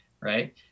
Right